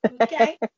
Okay